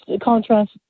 contrast